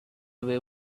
away